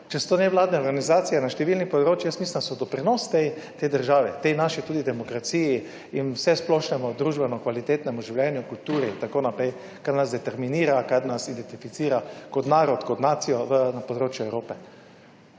Če so to nevladne organizacije na številnih področjih, jaz mislim, da so doprinos tej državi, tej naši tudi demokraciji in vsesplošnemu družbeno kvalitetnemu življenju, kulturi, itn. kar nas determinira, kar nas identificira kot narod, kot nacijo na področju Evrope.